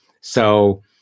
So-